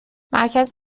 مرکز